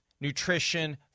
nutrition